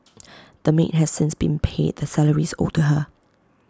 the maid has since been paid the salaries owed to her